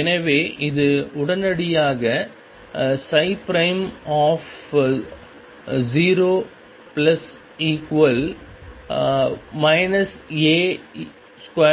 எனவே இது உடனடியாக 0 A2mE